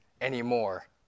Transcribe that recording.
anymore